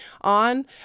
on